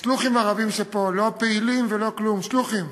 השלוחים הרבים שפה, לא הפעילים ולא כלום, שלוחים.